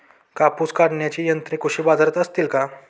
कापूस काढण्याची यंत्रे कृषी बाजारात असतील का?